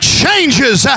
changes